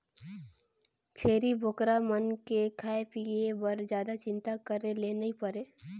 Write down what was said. छेरी बोकरा मन के खाए पिए के जादा चिंता करे ले नइ परे